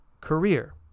career